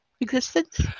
existence